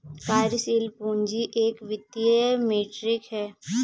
कार्यशील पूंजी एक वित्तीय मीट्रिक है